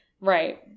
Right